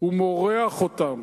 הוא מורח אותם,